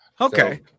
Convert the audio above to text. okay